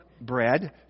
bread